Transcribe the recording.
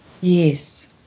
Yes